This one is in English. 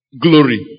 glory